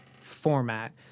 format